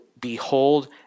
behold